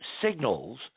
signals